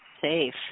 safe